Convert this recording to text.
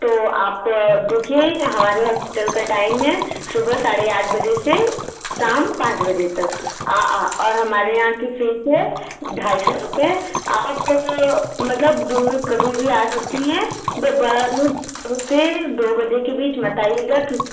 तो आप देखिए हमारे हॉस्पिटल का टाइम है सुबह साढ़े आठ बजे से शाम पाँच बजे तक और हमारे यहाँ की फ़ीस है ढाई सौ रुपये आप लोग मतलब दिन में कभी भी आ सकती हैं दोपहर में तो फिर दो बजे के बीच मत आइएगा क्यों